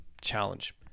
challenge